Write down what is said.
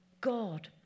God